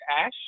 Ash